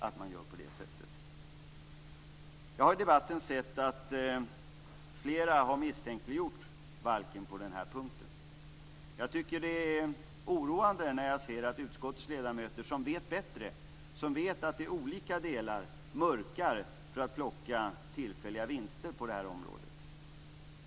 Flera talare har i debatten misstänkliggjort balken på den här punkten. Det är oroande att utskottets ledamöter, som vet bättre, som vet att det handlar om olika delar, mörkar för att plocka tillfälliga vinster på det här området.